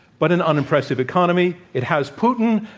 but an unimpressive economy. it has putin,